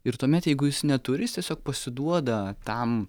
ir tuomet jeigu jis neturi jis tiesiog pasiduoda tam